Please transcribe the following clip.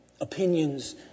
opinions